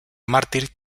mártir